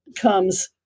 comes